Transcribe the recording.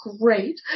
great